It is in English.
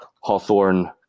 Hawthorne